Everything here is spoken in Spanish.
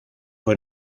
fue